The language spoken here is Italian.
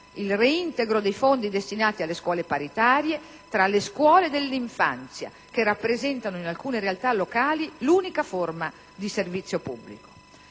il reintegro dei fondi destinati alle scuole paritarie tra le scuole dell'infanzia, che rappresentano, in alcune realtà locali, l'unica forma di servizio pubblico.